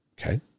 okay